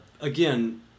again